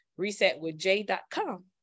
resetwithj.com